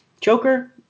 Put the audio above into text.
joker